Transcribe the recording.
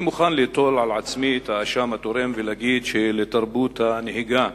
אני מוכן ליטול על עצמי את האשם התורם ולהגיד שלתרבות הנהיגה